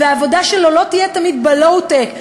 והעבודה שלו לא תהיה תמיד בלואו-טק,